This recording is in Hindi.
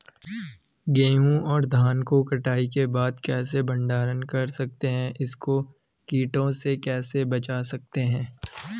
गेहूँ और धान को कटाई के बाद कैसे भंडारण कर सकते हैं इसको कीटों से कैसे बचा सकते हैं?